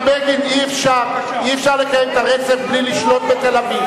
אי-אפשר לקיים את הרצף בלי לשלוט בתל-אביב.